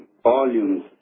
volumes